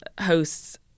hosts